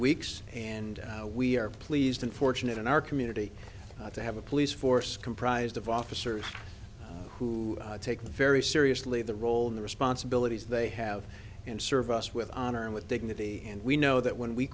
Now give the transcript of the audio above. weeks and we are pleased and fortunate in our community to have a police force comprised of officers who take very seriously the role in the responsibilities they have and serve us with honor and with dignity and we know that when we